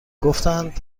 گفتند